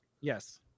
Yes